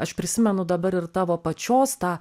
aš prisimenu dabar ir tavo pačios tą